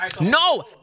No